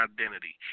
Identity